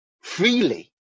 freely